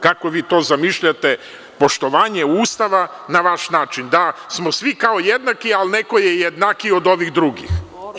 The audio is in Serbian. Kako vi to zamišljate, poštovanje Ustava na vaš način, da smo svi kao jednaki, ali neko je jednakiji od ovih drugih.